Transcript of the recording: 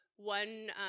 One